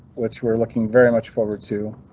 which we're looking very much forward to,